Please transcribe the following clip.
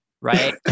right